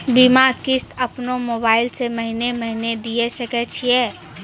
बीमा किस्त अपनो मोबाइल से महीने महीने दिए सकय छियै?